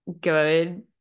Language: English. good